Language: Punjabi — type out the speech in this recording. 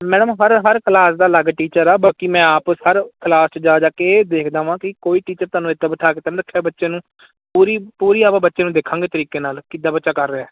ਮੈਡਮ ਹਰ ਹਰ ਕਲਾਸ ਦਾ ਅਲੱਗ ਟੀਚਰ ਆ ਬਾਕੀ ਮੈਂ ਆਪ ਹਰ ਕਲਾਸ 'ਚ ਜਾ ਜਾ ਕੇ ਦੇਖਦਾ ਵਾਂ ਕਿ ਕੋਈ ਟੀਚਰ ਤੁਹਾਨੂੰ ਇੱਦਾਂ ਬਿਠਾ ਕੇ ਤਾਂ ਨੀ ਰੱਖਿਆ ਬੱਚੇ ਨੂੰ ਪੂਰੀ ਪੂਰੀ ਆਪਾਂ ਬੱਚੇ ਨੂੰ ਦੇਖਾਂਗੇ ਤਰੀਕੇ ਨਾਲ ਕਿੱਦਾਂ ਬੱਚਾ ਕਰ ਰਿਹਾ